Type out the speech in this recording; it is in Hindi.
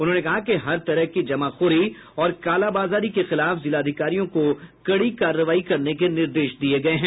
उन्होंने कहा कि हर तरह की जमाखोरी और कालाबाजारी के खिलाफ जिलाधिकारियों को कड़ी कार्रवाई करने के निर्देश दिये गये हैं